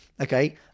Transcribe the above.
okay